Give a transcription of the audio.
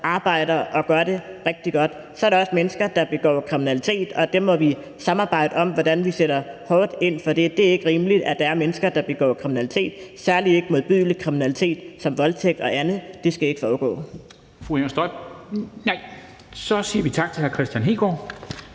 arbejder og gør det rigtig godt. Så er der også mennesker, der begår kriminalitet, og der må vi samarbejde om at finde ud af, hvordan vi sætter hårdt ind over for det. Det er ikke rimeligt, at der er mennesker, der begår kriminalitet, særlig ikke modbydelig kriminalitet som voldtægt og andet. Det skal ikke foregå. Kl. 14:32 Formanden (Henrik Dam